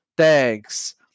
thanks